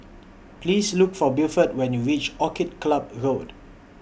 Please Look For Buford when YOU REACH Orchid Club Road